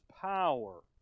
power